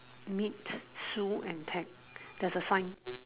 meet Sue and Ted there's a sign